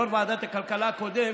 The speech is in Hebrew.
יו"ר ועדת הכלכלה הקודם,